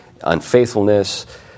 unfaithfulness